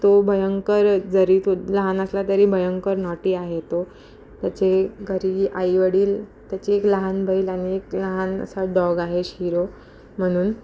तो भयंकर जरी तो लहान असला तरी भयंकर नॉटी आहे तो त्याचे घरी आईवडील त्याची एक लहान बैल आणि एक लहान असा डॉग आहे शिरो म्हणून